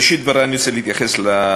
1 2. בראשית דברי אני רוצה להתייחס למספרים,